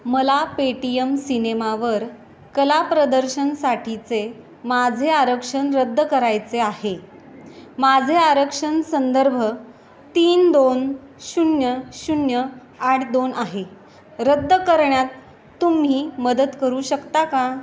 मला पेटीएम सिनेमावर कला प्रदर्शनसाठीचे माझे आरक्षण रद्द करायचे आहे माझे आरक्षण संदर्भ तीन दोन शून्य शून्य आठ दोन आहे रद्द करण्यात तुम्ही मदत करू शकता का